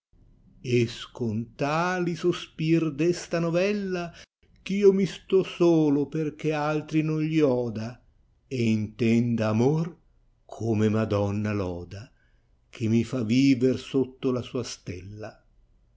pietate escon tali sospir d està novella gh io mi sto solo perchè altri non gli òda intenda amor come madonna loda che mi fa viver sotto la sua stella